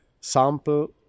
sample